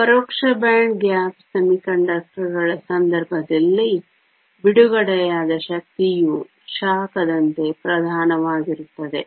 ಪರೋಕ್ಷ band gap ಅರೆವಾಹಕಗಳ ಸಂದರ್ಭದಲ್ಲಿ ಬಿಡುಗಡೆಯಾದ ಶಕ್ತಿಯು ಶಾಖದಂತೆ ಪ್ರಧಾನವಾಗಿರುತ್ತದೆ